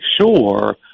sure